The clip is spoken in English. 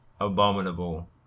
abominable